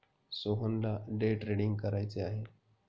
सोहनला day trading करायचे आहे